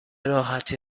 راحتی